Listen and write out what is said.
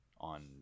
on